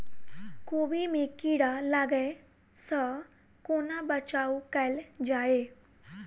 कोबी मे कीड़ा लागै सअ कोना बचाऊ कैल जाएँ?